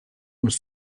was